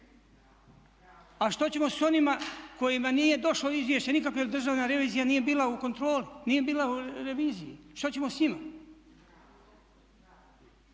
A što ćemo s onima kojima nije došlo izvješće nikakvo jer Državna revizija nije bila u kontroli, nije bila u reviziji? Što ćemo s njima?